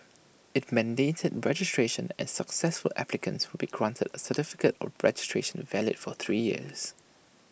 IT mandated registration and successful applicants would be granted A certificate of registration valid for three years